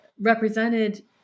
represented